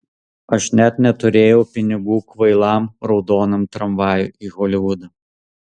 aš net neturėjau pinigų kvailam raudonam tramvajui į holivudą